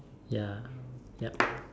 ya yup